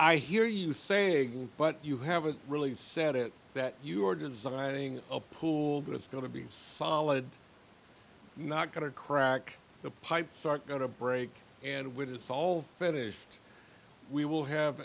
i hear you saying but you have a really sad it that you're designing a pool but it's going to be solid not going to crack the pipe start going to break and when it's all finished we will have